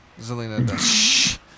Zelina